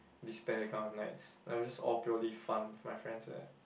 despair kind of nights it was all just purely fun with my friends eh